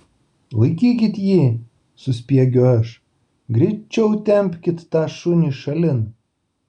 laikykit jį suspiegiu aš greičiau tempkit tą šunį šalin